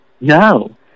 No